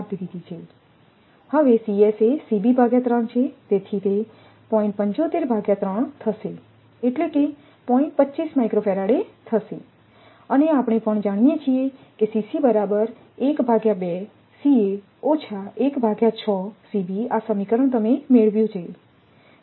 આપી દીધી છે હવે છેતેથીતે થશે એટલે કે થશે અને આપણે પણ જાણીએ છીએ કે આ સમીકરણ તમે મેળવ્યું છે